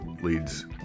leads